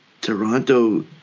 Toronto